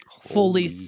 fully